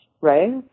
right